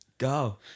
Go